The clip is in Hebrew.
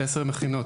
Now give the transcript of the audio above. עשר מכינות.